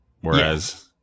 Whereas